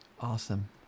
Awesome